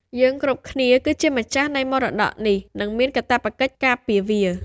យើងគ្រប់គ្នាគឺជាម្ចាស់នៃមរតកនេះ និងមានកាតព្វកិច្ចការពារវា។